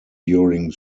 during